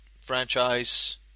franchise